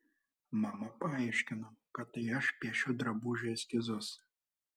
mama paaiškino kad tai aš piešiu drabužių eskizus